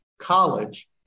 college